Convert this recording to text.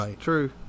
true